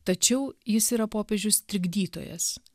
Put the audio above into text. tačiau jis yra popiežius trikdytojas